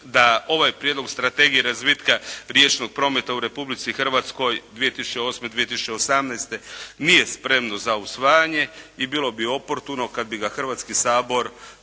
da ovaj Prijedlog strategije i razvitka riječnog prometa u Republici Hrvatskoj 2008.-2018. nije spremno za usvajanje i bilo bi oportuno kad bi ga Hrvatski Sabor